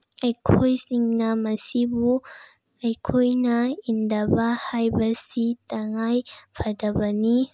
ꯑꯩꯈꯣꯏ ꯁꯤꯡꯅ ꯃꯁꯤꯕꯨ ꯑꯩꯈꯣꯏꯅ ꯏꯟꯗꯕ ꯍꯥꯏꯕꯁꯤ ꯇꯪꯉꯥꯏ ꯐꯗꯕꯅꯤ